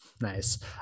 Nice